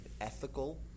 ethical